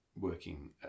working